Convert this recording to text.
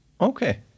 Okay